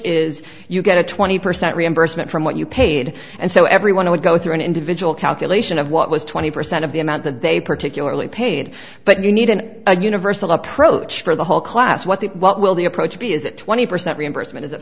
is you get a twenty percent reimbursement from what you paid and so everyone would go through an individual calculation of what was twenty percent of the amount that they particularly paid but you need an again aversive approach for the whole class what the what will the approach be is that twenty percent reimbursement is